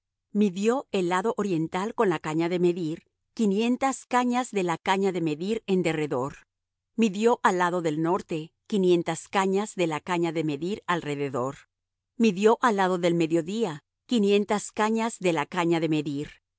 midió el lado oriental con la caña de medir quinientas cañas de la caña de medir en derredor midió al lado del norte quinientas cañas de la caña de medir alrededor midió al lado del mediodía quinientas cañas de la caña de medir